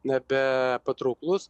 nebe patrauklus